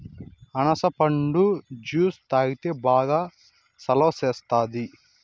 అనాస పండు జ్యుసు తాగితే బాగా సలవ సేస్తాది